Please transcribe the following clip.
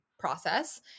process